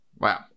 Wow